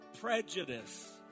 prejudice